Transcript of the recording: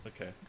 Okay